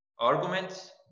arguments